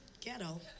Ghetto